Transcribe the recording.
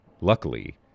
Luckily